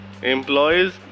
employees